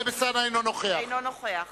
אינו נוכח